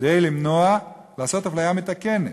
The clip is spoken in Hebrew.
כדי לעשות אפליה מתקנת.